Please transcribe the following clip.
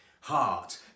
Heart